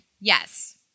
Yes